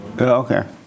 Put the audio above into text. Okay